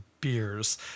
beers